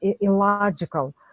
illogical